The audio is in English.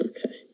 Okay